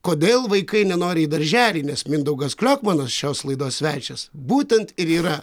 kodėl vaikai nenori į darželį nes mindaugas kliokmanas šios laidos svečias būtent ir yra